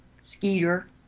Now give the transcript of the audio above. Skeeter